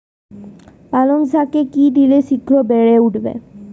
পালং শাকে কি দিলে শিঘ্র বেড়ে উঠবে?